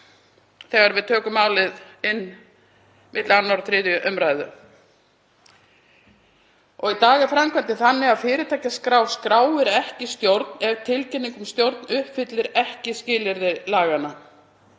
þegar við tökum málið inn milli 2. og 3. umr. Í dag er framkvæmdin þannig að fyrirtækjaskrá skráir ekki stjórn ef tilkynning um stjórn uppfyllir ekki skilyrði laganna.